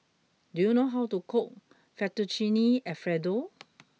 do you know how to cook Fettuccine Alfredo